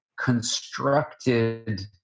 constructed